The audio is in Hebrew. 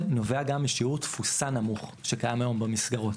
נובע גם משיעור תפוסה נמוך שקיים היום במסגרות.